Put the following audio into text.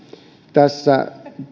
tässä